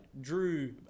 drew